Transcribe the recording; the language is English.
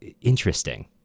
interesting